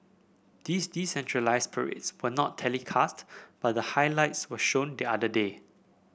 these decentralised parades were not telecast but the highlights were shown the other day